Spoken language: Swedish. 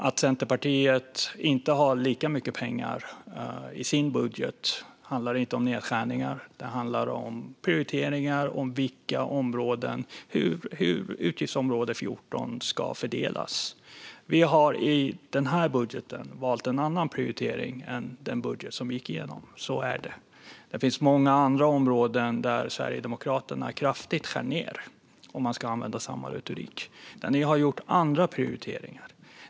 Att Centerpartiet inte har lika mycket pengar i sin budget handlar inte om nedskärningar utan om prioriteringar när det gäller hur pengarna inom utgiftsområde 14 ska fördelas. Vi har i den här budgeten gjort en annan prioritering än prioriteringen i den budget som gick igenom; så är det. Det finns många andra områden där ni i Sverigedemokraterna kraftigt skär ned - om man ska använda samma retorik - och där ni har gjort andra prioriteringar.